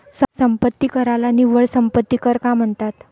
संपत्ती कराला निव्वळ संपत्ती कर का म्हणतात?